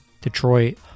Detroit